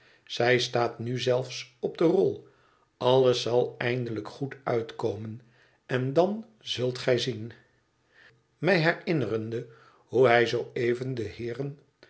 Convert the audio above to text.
zij staat nu zelfs op de rol alles zal eindelijk goed uitkomen en dan zult gij zien mij herinnerende hoe hij zoo even de heeren